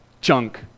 junk